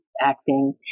Acting